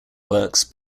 works